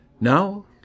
Now